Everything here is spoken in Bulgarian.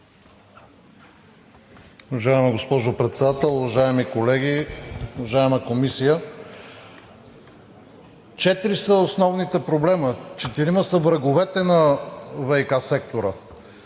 Уважаема госпожо Председател, уважаеми колеги, уважаема Комисия! Четири са основните проблеми, четирима са враговете на ВиК сектора.